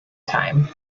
time